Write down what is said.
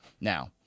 now